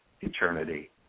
eternity